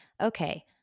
okay